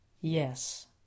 Yes